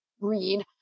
read